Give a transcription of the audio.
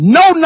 no